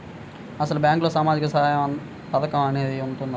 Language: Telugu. అసలు బ్యాంక్లో సామాజిక సహాయం పథకం అనేది వున్నదా?